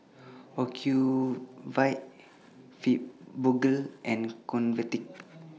Ocuvite Fibogel and Convatec